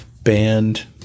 band